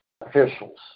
officials